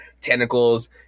tentacles